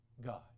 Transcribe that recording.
God